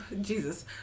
Jesus